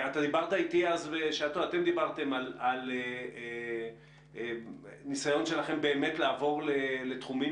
בשעתו דיברתם על ניסיון שלכם לעבור לתחומים